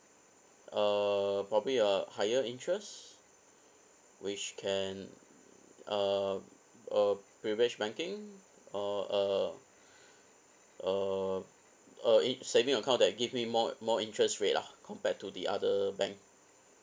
uh probably a higher interest which can uh a privilege banking or a a a in~ saving account that give me more more interest rate lah compared to the other bank